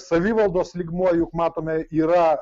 savivaldos lygmuo juk matome yra